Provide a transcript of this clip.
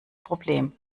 problem